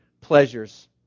pleasures